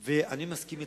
הדוחות במשרד שלך.